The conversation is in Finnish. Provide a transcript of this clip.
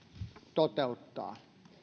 toteuttaa